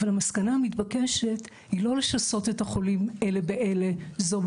אבל המסקנה המתבקשת היא לא לשסות את החולים אלו באלו,